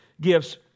gifts